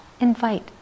invite